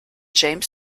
james